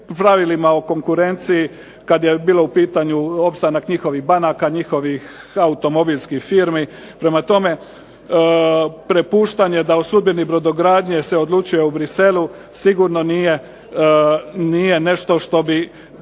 pravilima o konkurenciji kada je bio u pitanju opstanak njihovih banaka, njihovih automobilskih firmi. Prema tome, prepuštanje da o sudbini brodogradnje se odlučuje u Bruxellesu sigurno nije nešto što bi